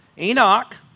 Enoch